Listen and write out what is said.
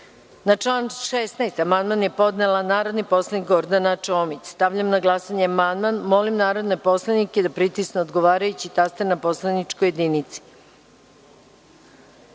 član 16. amandman je podnela narodni poslanik Gordana Čomić. Stavljam na glasanje amandman. Molim narodne poslanike da pritisnu odgovarajući taster na poslaničkoj